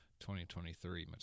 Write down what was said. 2023